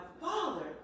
father